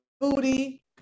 booty